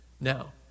Now